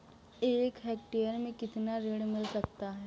एक हेक्टेयर में कितना ऋण मिल सकता है?